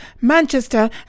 Manchester